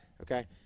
Okay